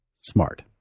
smart